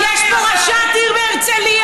יש פה ראשת עיר מהרצליה,